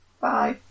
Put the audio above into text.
Bye